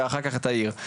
ואחר כך את העיר.